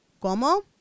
Como